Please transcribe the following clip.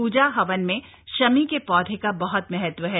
पूजा हवन में शमी के पौधे का बहत महत्व है